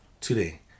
today